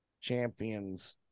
champions